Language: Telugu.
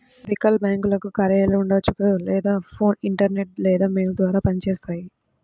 ఎథికల్ బ్యేంకులకు కార్యాలయాలు ఉండవచ్చు లేదా ఫోన్, ఇంటర్నెట్ లేదా మెయిల్ ద్వారా పనిచేస్తాయి